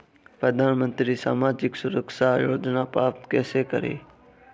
प्रधानमंत्री सामाजिक सुरक्षा योजना प्राप्त कैसे करें?